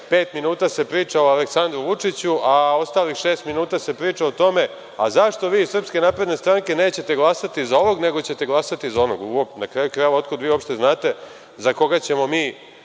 pet minuta se priča o Aleksandru Vučiću, a ostalih šest minuta se priča o tome, a, zašto vi iz SNS nećete glasati za ovog, nego ćete glasati za onog. Na kraju krajeva, otkud vi uopšte znate za koga ćemo mi